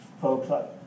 Folks